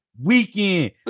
weekend